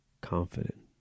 confident